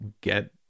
get